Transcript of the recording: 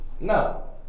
No